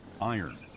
Iron